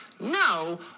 No